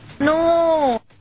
No